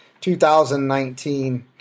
2019